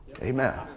Amen